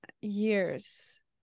years